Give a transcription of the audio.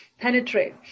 penetrate